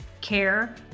Care